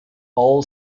all